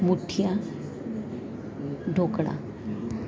મૂઠીયા dhokla